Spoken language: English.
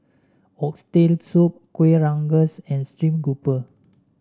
Oxtail Soup Kuih Rengas and stream grouper